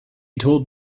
told